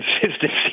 consistency